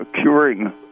curing